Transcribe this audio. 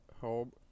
home